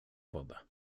wodę